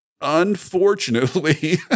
Unfortunately